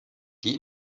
die